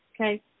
Okay